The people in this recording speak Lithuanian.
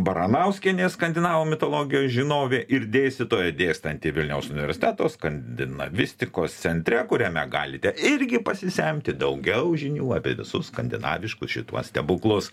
baranauskienė skandinavų mitologijos žinovė ir dėstytoja dėstanti vilniaus universiteto skandinavistikos centre kuriame galite irgi pasisemti daugiau žinių apie visus skandinaviškus šituos stebuklus